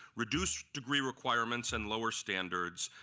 reduce degree requirements and lower standards,